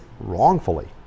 wrongfully